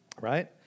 right